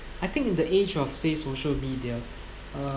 I think in the age of say social media uh